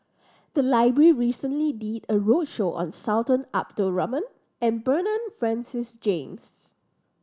the library recently did a roadshow on Sultan Abdul Rahman and Bernard Francis James